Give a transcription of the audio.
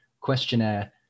questionnaire